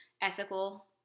ethical